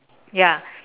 ya